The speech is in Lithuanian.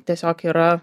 tiesiog yra